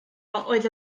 oedd